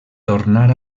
tornar